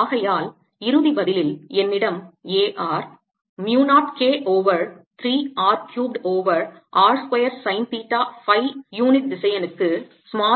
ஆகையால் இறுதி பதிலில் என்னிடம் A r mu 0 K over 3 R cubed over r square sine theta phi unit திசையன் க்கு